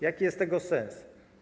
Jaki jest tego sens?